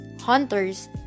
hunters